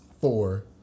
four